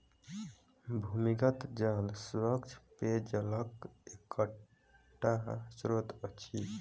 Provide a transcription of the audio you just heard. भूमिगत जल स्वच्छ पेयजलक एकटा स्त्रोत अछि